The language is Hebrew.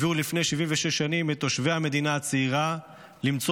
הביאו לפני 76 שנים את תושבי המדינה הצעירה למצוא